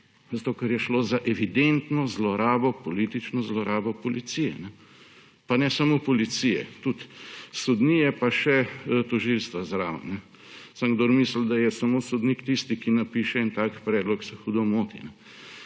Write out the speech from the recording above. Zato, ker je šlo za evidentno zlorabo, politično zlorabo policije. Pa ne samo policije, tudi sodnije pa še tožilstva zraven. Samo kdor misli, da je samo sodnik tisti, ki napiše en tak predlog, se hudo moti.